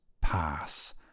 pass